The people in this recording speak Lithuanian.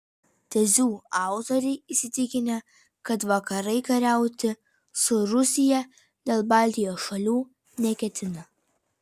tezių autoriai įsitikinę kad vakarai kariauti su rusija dėl baltijos šalių neketina